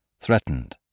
threatened